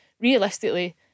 realistically